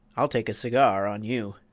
i'll take a cigar on you.